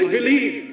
believe